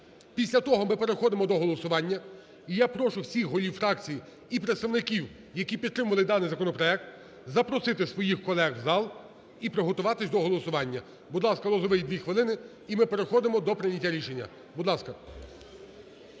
Після того ми переходимо до голосування. І я прошу всіх голів фракцій, і представників, які підтримували даний законопроект, запросити своїх колег в зал і приготуватись до голосування. Будь ласка, Лозовий, дві хвилини. І ми переходимо до прийняття рішення. Будь ласка.